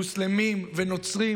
מוסלמים ונוצרים,